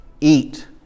eat